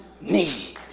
need